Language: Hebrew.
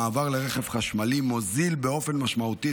המעבר לרכב חשמלי מוזיל באופן משמעותי